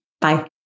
Bye